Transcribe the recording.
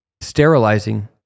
sterilizing